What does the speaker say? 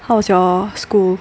how's your school